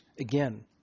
again